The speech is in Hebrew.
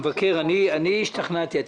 המבקר, אני השתכנעתי.